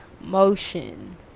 Motion